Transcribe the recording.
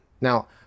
Now